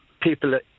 people